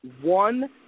one